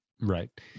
right